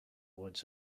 woods